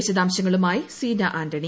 വിശദാംശങ്ങളുമായി സീന ആന്റണി